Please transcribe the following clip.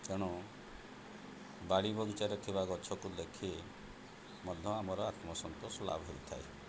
ତେଣୁ ବାଡ଼ି ବଗିଚାରେ ଥିବା ଗଛକୁ ଦେଖି ମଧ୍ୟ ଆମର ଆତ୍ମସନ୍ତୋଷ ଲାଭ ହୋଇଥାଏ